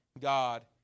God